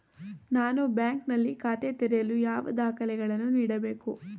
ನಾನು ಬ್ಯಾಂಕ್ ನಲ್ಲಿ ಖಾತೆ ತೆರೆಯಲು ಯಾವ ದಾಖಲೆಗಳನ್ನು ನೀಡಬೇಕು?